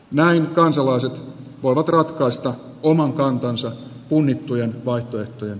näin kansalaiset voivat ratkaista oman kantansa punnittuja vaihtoehtoja